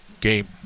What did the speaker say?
game